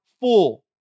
full